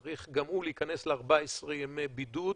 צריך גם הוא להיכנס ל-14 ימי בידוד,